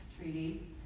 treaty